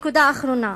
נקודה אחרונה: